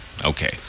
Okay